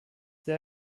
der